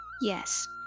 Yes